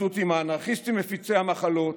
אחדות עם האנרכיסטים מפיצי המחלות.